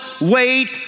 wait